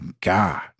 God